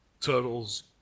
Turtles